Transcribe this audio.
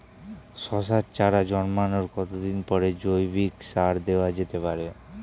শশার চারা জন্মানোর কতদিন পরে জৈবিক সার দেওয়া যেতে পারে?